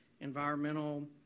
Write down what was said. environmental